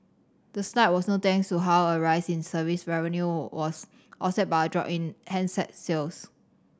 the slide was no thanks to how a rise in service revenue was offset by a drop in handset sales